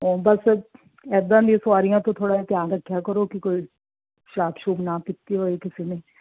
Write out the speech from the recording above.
ਓ ਬੱਸ ਇੱਦਾਂ ਦੀ ਸਵਾਰੀਆਂ ਤੋਂ ਥੋੜ੍ਹਾ ਧਿਆਨ ਰੱਖਿਆ ਕਰੋ ਕਿ ਕੋਈ ਸ਼ਰਾਬ ਸ਼ਰੁਬ ਨਾ ਪੀਤੀ ਹੋਏ ਕਿਸੇ ਨੇ